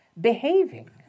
behaving